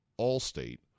Allstate